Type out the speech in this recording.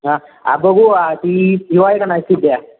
हां आ बघू आ ती हा आहे का नाही सिद्ध्या